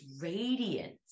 radiance